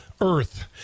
Earth